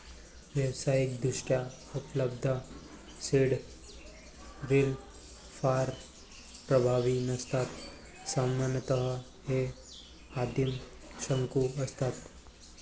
व्यावसायिकदृष्ट्या उपलब्ध seed drill फार प्रभावी नसतात सामान्यतः हे आदिम शंकू असतात